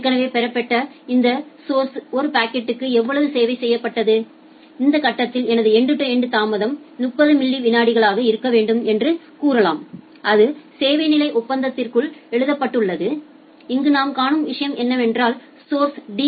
ஏற்கனவே பெறப்பட்ட இந்த சௌர்ஸிளிலிருந்து ஒரு பாக்கெட்க்கு எவ்வளவு சேவை செய்யப்பட்டது இந்த கட்டத்தில் எனது எண்டு டு எண்டு தாமதம் 30 மில்லி விநாடிகளாக இருக்க வேண்டும் என்று கூறலாம் அது சேவை நிலை ஒப்பந்தத்திற்குள் எழுதப்பட்டுள்ளது இங்கு நாம் காணும் விஷயம் என்னவென்றால் சௌர்ஸிளிலிருந்து டி